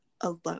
alone